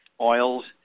oils